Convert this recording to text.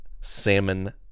salmon